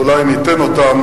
אולי ניתן אותן.